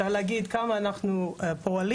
אפשר להגיד כמה אנחנו פועלים,